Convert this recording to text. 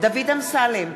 דוד אמסלם,